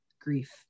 grief